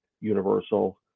Universal